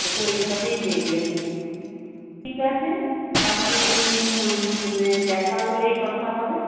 ওকে ওইভাবেই দেখবেন ঠিক আছে বাকি হুম হুম দেখা হলেই কথা হবে